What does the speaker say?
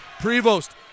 Prevost